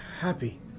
happy